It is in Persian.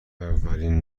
اولین